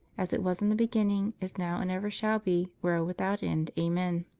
as it was in the beginning, is now and ever shall be, world without end. amen.